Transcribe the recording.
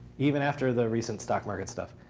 even after the recent stock market stuff,